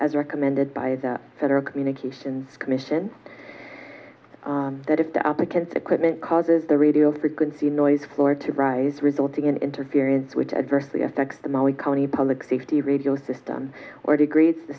as recommended by the federal communications commission that if the applicant equipment causes the radio frequency noise floor to rise resulting in interference which adversely affects the maui county public safety radio system or degrades the